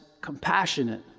compassionate